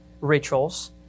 rituals